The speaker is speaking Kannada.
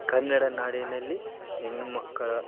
ಕನ್ನಡ ನಾಡಿನಲ್ಲಿ ಹೆಣ್ಣು ಮಕ್ಕಳ